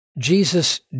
Jesus